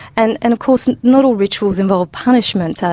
and and of course not all rituals involve punishment.